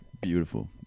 beautiful